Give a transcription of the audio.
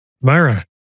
Myra